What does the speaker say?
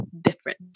different